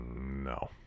No